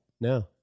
No